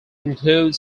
include